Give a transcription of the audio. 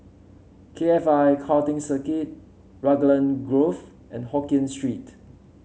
K F I Karting Circuit Raglan Grove and Hokkien Street